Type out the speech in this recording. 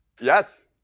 Yes